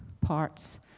parts